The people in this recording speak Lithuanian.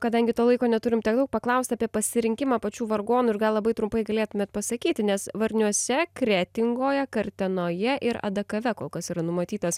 kadangi to laiko neturim tiek daug paklaust apie pasirinkimą pačių vargonų ir gal labai trumpai galėtumėt pasakyti nes varniuose kretingoje kartenoje ir adakave kol kas yra numatytas